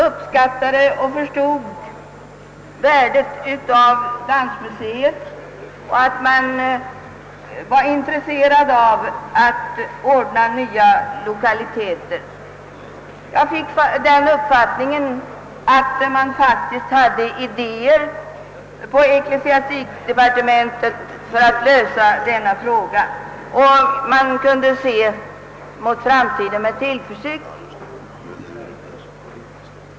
uppskattade och förstod värdet av Dansmuseet och att man var intresserad av att söka ordna nya lokaliteter för museet. Jag fick den uppfattningen att man inom ecklesiastikdepartementet faktiskt hade idéer om hur man skulle kunna lösa denna fråga och att vi alltså kunde se framtiden an med tillförsikt.